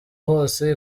hose